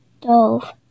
dove